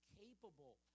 capable